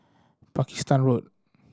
Pakistan Road